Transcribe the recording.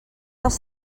dels